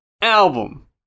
album